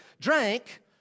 drank